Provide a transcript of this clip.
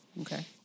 Okay